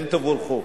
כן, תבורכו.